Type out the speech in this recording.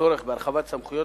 הצורך בהרחבת סמכויות